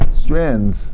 strands